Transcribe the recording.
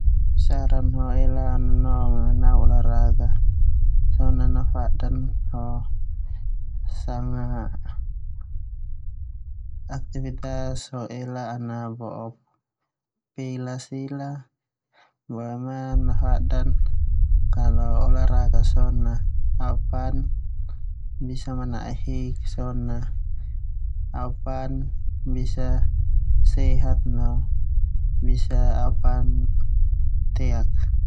Saran ho ela au nanong a nau olahraga au afadan ho sanga aktifitas ho ela ana bo'o pela boe ma nafadan kalau olahraga s na ao pan berotot so na inak ala hin boema ao pan sehat.